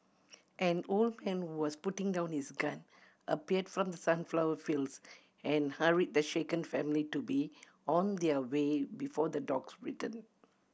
an old man who was putting down his gun appeared from the sunflower fields and hurried the shaken family to be on their way before the dogs return